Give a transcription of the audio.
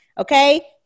Okay